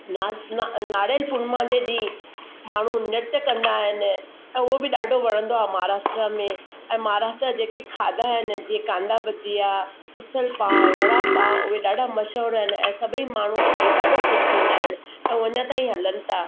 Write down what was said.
नाज़ ना नारेल पूर्णिमा जे ॾींहुं माण्हू नृत कंदा आहिनि ऐं उहो बि ॾाढो वणंदो आहे महाराष्ट्र में ऐं महाराष्ट्र जेके खाधा आहिनि जीअं कांदा भजिया ऊसल पाव वड़ा पाव उहे ॾाढा मशहूर आहिनि ऐं सभेई माण्हू खाई ॾाढो ख़ुशि थींदा आहिनि ऐं उहा अञा ताईं हलनि था